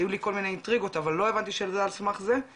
היו לי כל מיני אינטריגות אבל לא הבנתי שזה על סמך זה,